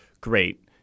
great